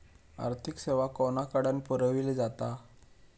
आर्थिक सेवा कोणाकडन पुरविली जाता?